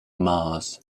mars